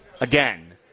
Again